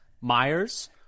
Myers